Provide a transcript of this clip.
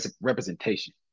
representation